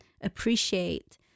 appreciate